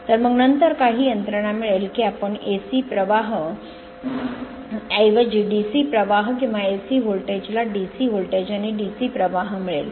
तर मग नंतर काही यंत्रणा मिळेल की आपण AC प्रवाह ऐवजी DC प्रवाह किंवा AC व्होल्टेज ला DC व्होल्टेज आणि DC प्रवाह मिळेल